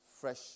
Fresh